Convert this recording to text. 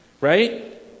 Right